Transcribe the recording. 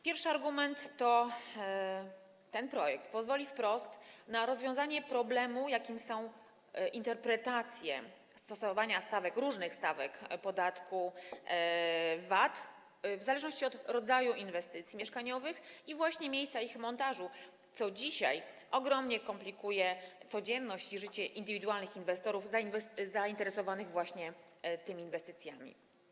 Pierwszy argument: ten projekt pozwoli wprost na rozwiązanie problemu, jakim są interpretacje w zakresie stosowania różnych stawek podatku VAT w zależności od rodzaju inwestycji mieszkaniowych i właśnie miejsca montażu, co dzisiaj ogromnie komplikuje codzienność i życie indywidualnych inwestorów zainteresowanych tymi inwestycjami.